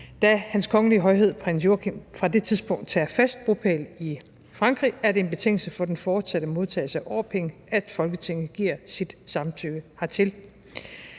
Da Hans Kongelige Højhed Prins Joachim fra det tidspunkt tager fast bopæl i Frankrig, er det en betingelse for den fortsatte modtagelse af årpenge, at Folketinget giver sit samtykke hertil.